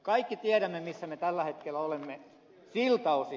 kaikki tiedämme missä me tällä hetkellä olemme siltä osin